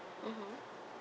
mmhmm